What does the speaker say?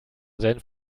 senf